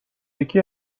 یکی